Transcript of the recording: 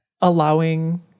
allowing